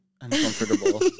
uncomfortable